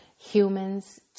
Humans